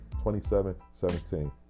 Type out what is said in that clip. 27-17